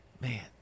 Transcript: Man